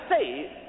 say